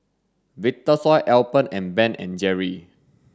Vitasoy Alpen and Ben and Jerry's